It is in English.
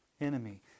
enemy